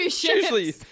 usually